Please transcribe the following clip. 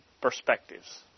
perspectives